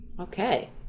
Okay